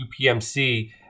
upmc